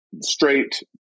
straight